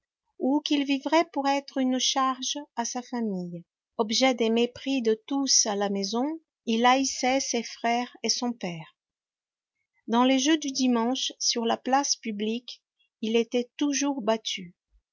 ou qu'il vivrait pour être une charge à sa famille objet des mépris de tous à la maison il haïssait ses frères et son père dans les jeux du dimanche sur la place publique il était toujours battu